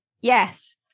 yes